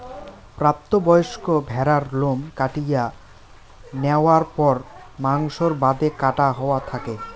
প্রাপ্ত বয়স্ক ভ্যাড়ার লোম কাটিয়া ন্যাওয়ার পর মাংসর বাদে কাটা হয়া থাকে